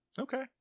okay